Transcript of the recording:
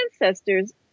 ancestors